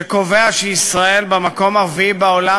שקובע שישראל במקום הרביעי בעולם,